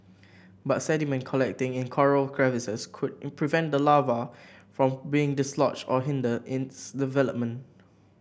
but sediment collecting in coral crevices could prevent the larva from being dislodged or hinder its development